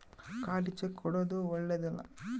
ಖಾಲಿ ಚೆಕ್ ಕೊಡೊದು ಓಳ್ಳೆದಲ್ಲ